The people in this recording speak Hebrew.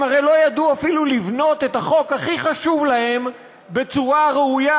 הם הרי לא ידעו אפילו לבנות את החוק הכי חשוב להם בצורה ראויה,